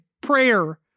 prayer